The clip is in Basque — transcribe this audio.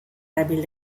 erabil